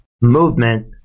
movement